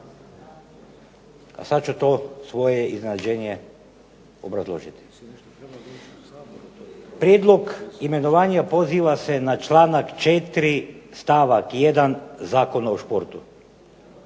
A sad ću to svoje iznenađenje obrazložiti. Prijedlog imenovanja poziva se na članak 4. stavak 1. Zakona o športu.